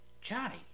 Johnny